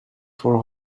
for